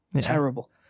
Terrible